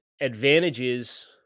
advantages